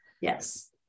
Yes